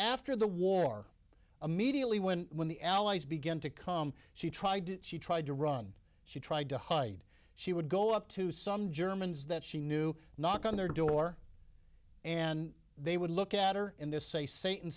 after the war immediately when when the allies began to come she tried she tried to run she tried to hide she would go up to some germans that she knew knock on their door and they would look at or in this say satan